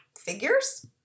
figures